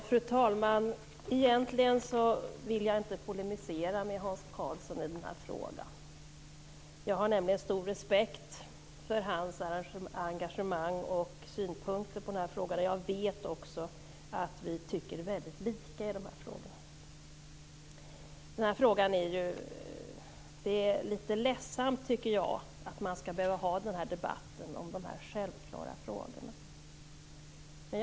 Fru talman! Egentligen vill jag inte polemisera med Hans Karlsson i den här frågan. Jag har nämligen stor respekt för hans engagemang och synpunkter på den här frågan. Jag vet också att vi tycker väldigt lika i de här frågorna. Jag tycker att det är litet ledsamt att vi skall behöva ha den här debatten om dessa självklara frågor.